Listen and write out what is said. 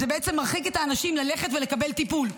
זה בעצם מרחיק את האנשים מללכת ולקבל טיפול,